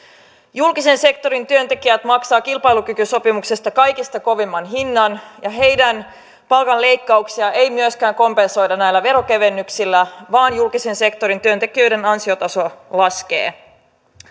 julkisen sektorin työntekijät maksavat kilpailukykysopimuksesta kaikista kovimman hinnan ja heidän palkanleikkauksiaan ei myöskään kompensoida näillä veronkevennyksillä vaan julkisen sektorin työntekijöiden ansiotaso laskee